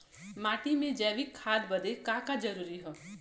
माटी में जैविक खाद बदे का का जरूरी ह?